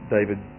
David